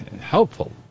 helpful